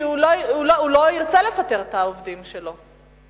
כי הוא לא ירצה לפטר את העובדים שלו.